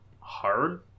hard